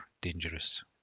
dangerous